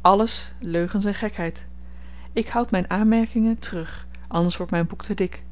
alles leugens en gekheid ik houd myn aanmerkingen terug anders wordt myn boek te dik